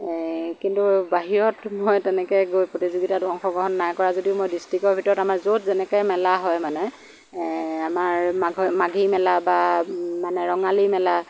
এ কিন্তু বাহিৰত মই তেনেকৈ গৈ প্ৰতিযোগিতাত অংশগ্ৰহণ নাই কৰা যদিও মই ডিষ্টিকৰ ভিতৰত আমাৰ য'ত যেনেকৈ মেলা হয় মানে এ আমাৰ মাঘৰ মাঘী মেলা বা মানে ৰঙালী মেলা